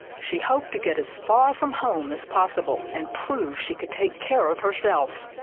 she hoped to get as far from home as possible and proves she can take care of herself.